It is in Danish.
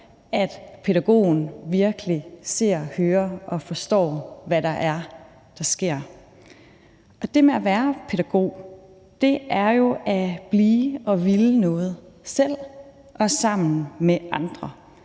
at pædagogen virkelig ser, hører og forstår, hvad det er, der sker. Det med at være pædagog er jo at blive og ville noget selv og sammen med andre.